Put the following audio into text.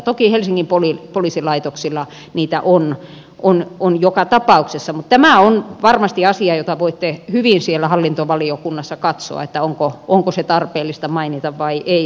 toki helsingin poliisilaitoksilla niitä on joka tapauksessa mutta tämä on varmasti asia jota voitte hyvin siellä hallintovaliokunnassa katsoa onko se tarpeellista mainita siellä pykälässä vai ei